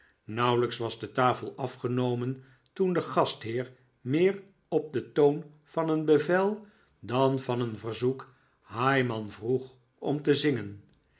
nauwelijks was de tafel afgenomen toen de gastheer meer op den toon van een bevel dan van een verzoek higman vroeg om te zingen